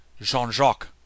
Jean-Jacques